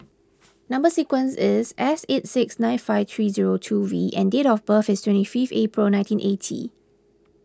Number Sequence is S eight six nine five three zero two V and date of birth is twenty five April nineteen eighty